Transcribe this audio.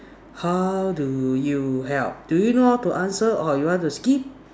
how do you help do you know how to answer or you want to skip